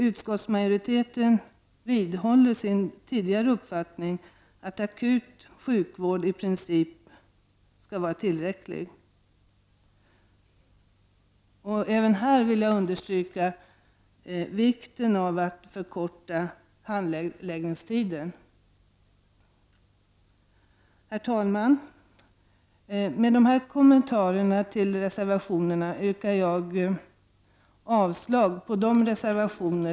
Utskottsmajoriteten vidhåller sin tidigare uppfattning, nämligen att akut sjukvård i princip skall vara tillräcklig. Även på denna punkt vill jag understryka vikten av förkortning av handläggningstiden. Herr talman! Med dessa kommentarer till reservationerna yrkar jag avslag på samtliga reservationer.